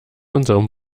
unserem